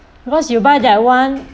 because you buy that one